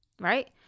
Right